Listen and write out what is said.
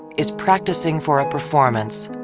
is practicing for a performance.